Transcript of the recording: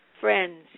friends